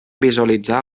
visualitzar